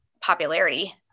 popularity